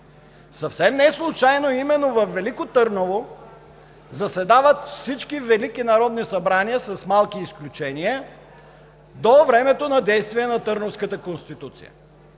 Съвсем неслучайно именно във Велико Търново заседават всички велики народни събрания, с малки изключения, до времето на действие на Търновската конституция.